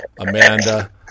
Amanda